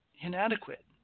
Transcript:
inadequate